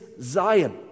Zion